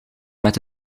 met